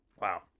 Wow